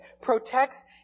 protects